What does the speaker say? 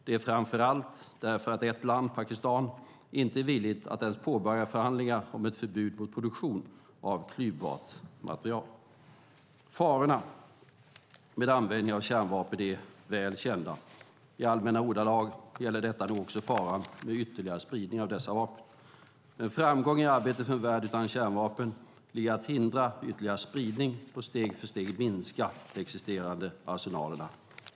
Det är framför allt för att ett land, Pakistan, inte är villigt att ens påbörja förhandlingar om ett förbud mot produktion av klyvbart material för vapenändamål. Farorna med användning av kärnvapen är väl kända. I allmänna ordalag gäller detta nog också faran med ytterligare spridning av dessa vapen. Men framgång i arbetet för en värld utan kärnvapen ligger i att hindra ytterligare spridning och steg för steg minska existerande arsenaler.